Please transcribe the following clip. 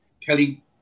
Kelly